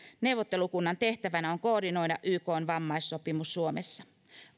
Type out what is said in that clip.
neuvottelukunnan tehtävänä on koordinoida ykn vammaissopimus suomessa